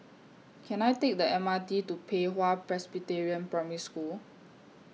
Can I Take The M R T to Pei Hwa Presbyterian Primary School